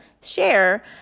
share